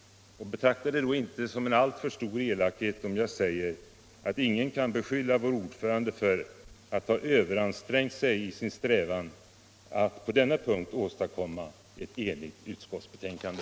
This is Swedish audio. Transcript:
Och betrakta det då inte som en alltför stor elakhet om jag säger, att ingen kan beskylla vår ordförande för att ha överansträngt sig i sin strävan att på denna punkt åstadkomma ett enhälligt utskottsbetänkande.